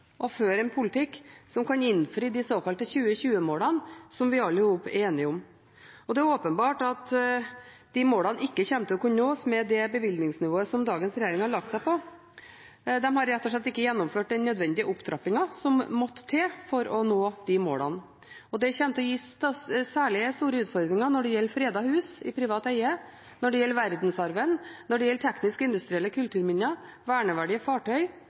å føre en politikk som kan innfri de såkalte 2020-målene som vi alle sammen er enige om. Det er åpenbart at de målene ikke kommer til å kunne nås med det bevilgningsnivået som dagens regjering har lagt seg på. De har rett og slett ikke gjennomført den opptrappingen som måtte til for å nå de målene. Det kommer til å gi særlig store utfordringer når det gjelder fredede hus i privat eie, når det gjelder verdensarven, og når det gjelder tekniske og industrielle kulturminner, verneverdige fartøy,